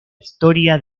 historia